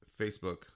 Facebook